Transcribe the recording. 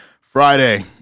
Friday